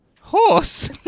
Horse